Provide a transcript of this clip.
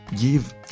Give